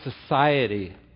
society